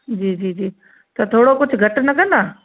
जी जी जी त थोरो कुझु घटि न कंदा